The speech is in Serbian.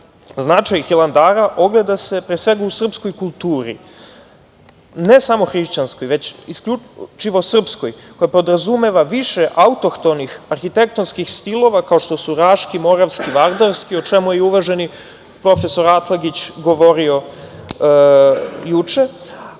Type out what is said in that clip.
Hilandara ogleda se pre svega u srpskoj kulturi, ne samo hrišćanskoj, već isključivo srpskoj koja podrazumeva više autohtonih, arhitektonskih stilova, kao što su Raški, Moravski, Vardarski, o čemu je i uvaženi profesor Atlagić govorio